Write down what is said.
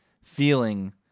feeling